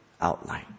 outline